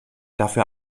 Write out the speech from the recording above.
dafür